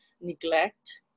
neglect